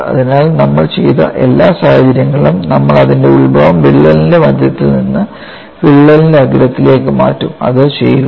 അതിനാൽ നമ്മൾ ചെയ്ത എല്ലാ സാഹചര്യങ്ങളിലും നമ്മൾ അതിന്റെ ഉത്ഭവം വിള്ളലിന്റെ മധ്യത്തിൽ നിന്ന് വിള്ളലിന്റെ അഗ്രത്തിലേക്ക് മാറ്റും അത് ചെയ്യുക